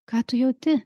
ką tu jauti